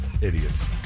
Idiots